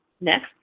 Next